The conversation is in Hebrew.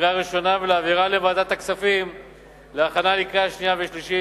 בקריאה ראשונה ולהעביר לוועדת הכספים להכנה לקריאה שנייה וקריאה שלישית.